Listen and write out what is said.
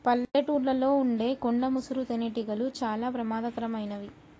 పల్లెటూళ్ళలో ఉండే కొండ ముసురు తేనెటీగలు చాలా ప్రమాదకరమైనవి